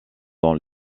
dans